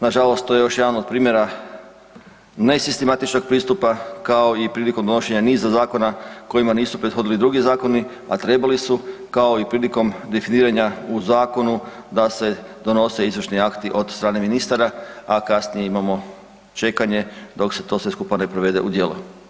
Nažalost to je još jedan od primjera ne sistematičnog pristupa kao i prilikom donošenja niza zakona kojima nisu prethodili drugi zakoni, a trebali su kao i prilikom definiranja u zakonu da se donose izvršni akti od strane ministara, a kasnije imamo čekanje dok se sve to skupa ne provede u djelo.